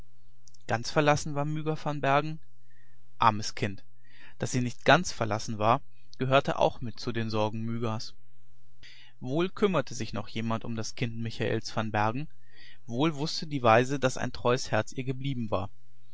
ganz verlassen war myga van bergen armes kind daß sie nicht ganz verlassen war gehörte auch mit zu den sorgen mygas wohl kümmerte sich noch jemand um das kind michaels van bergen wohl wußte die waise daß ein treues herz ihr geblieben war